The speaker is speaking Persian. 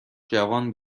جوان